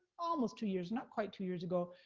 almost two years, not quite two years ago,